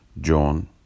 John